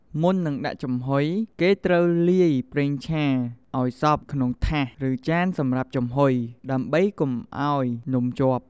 មុននឹងដាក់ចំហុយ គេត្រូវលាប ប្រេងឆា ឲ្យសព្វក្នុងថាស ឬចានសម្រាប់ចំហុយ ដើម្បីកុំឲ្យនំជាប់។